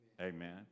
Amen